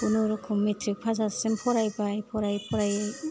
खुनुरुखुम matric pass जाजासिम फरायबाय फरायै फरायै